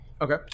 Okay